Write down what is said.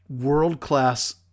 world-class